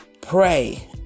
Pray